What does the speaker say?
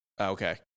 Okay